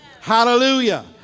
Hallelujah